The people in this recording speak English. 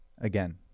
again